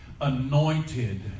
anointed